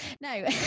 no